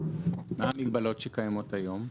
מה המגבלות שקיימות היום?